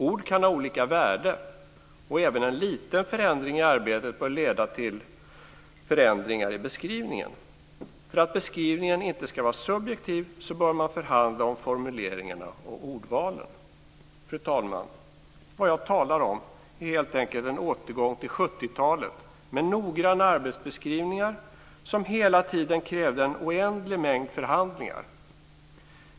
Ord kan ha olika värde, och även en liten förändring i arbetet bör leda till förändringar i beskrivningen. För att beskrivningen inte ska vara subjektiv bör man förhandla om formuleringarna och ordvalen. Fru talman! Vad jag talar om är helt enkelt en återgång till 70-talet med noggranna arbetsbeskrivningar, som hela tiden krävde en oändlig mängd förhandlingar.